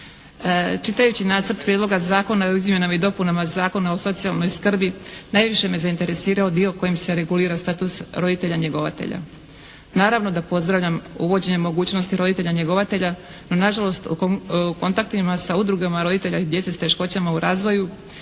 Čitajući Nacrt prijedloga zakona o izmjenama i dopunama Zakona o socijalnoj skrbi najviše me zainteresirao dio kojim se regulira status roditelja njegovatelja. Naravno da pozdravljam uvođenje mogućnosti roditelja njegovatelja no nažalost u kontaktima sa udrugama roditelja i djece s teškoćama u razvoju